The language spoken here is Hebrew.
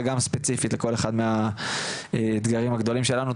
וגם ספציפית לכל אחד מהאתגרים הגדולים שלנו.